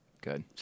Good